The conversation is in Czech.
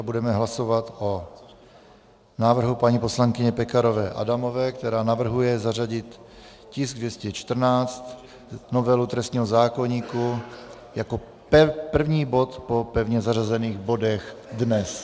Budeme hlasovat o návrhu paní poslankyně Pekarové Adamové, která navrhuje zařadit tisk 214, novelu trestního zákoníku, jako první bod po pevně zařazených bodech dnes.